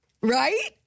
Right